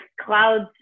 clouds